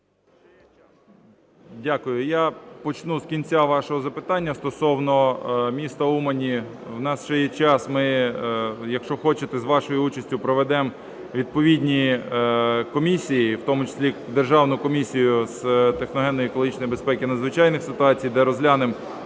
Дякую. Я почну з кінця вашого запитання: стосовно міста Умані. В нас ще є час, і ми, якщо хочете, за вашої участі проведемо відповідні комісії, і в тому числі Державну комісію з техногенно-екологічної безпеки і надзвичайних ситуацій, де розглянемо